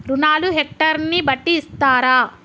రుణాలు హెక్టర్ ని బట్టి ఇస్తారా?